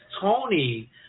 Tony